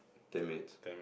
ten minutes